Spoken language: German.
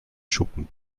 schuppen